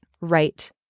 right